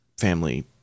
family